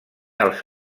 als